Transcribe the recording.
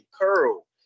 curl